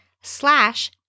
slash